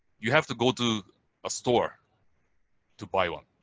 you have to go to a store to buy one.